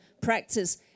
practice